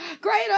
Greater